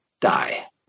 die